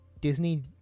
Disney